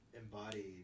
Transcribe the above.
embody